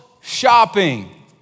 shopping